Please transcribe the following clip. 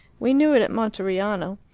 we knew it at monteriano.